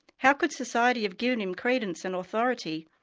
how could society have given him credence and authority?